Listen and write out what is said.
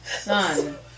Son